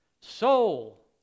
Soul